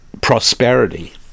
prosperity